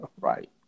Right